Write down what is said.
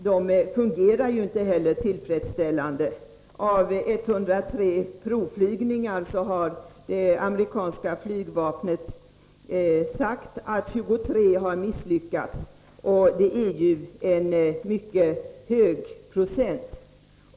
De fungerar inte heller tillfredsställande. Amerikanska flygvapnet har meddelat att av 103 provflygningar har 23 misslyckats, och det är ju en mycket hög procent.